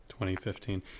2015